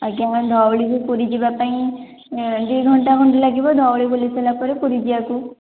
ଆଜ୍ଞା ଧଉଳିରୁ ପୁରୀ ଯିବାପାଇଁ ଦୁଇ ଘଣ୍ଟା ଖଣ୍ଡେ ଲାଗିବ ଧଉଳି ବୁଲି ସାରିଲା ପରେ ପୁରୀ ଯିବାକୁ